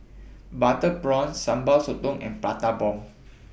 Butter Prawns Sambal Sotong and Prata Bomb